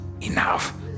enough